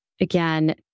again